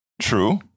True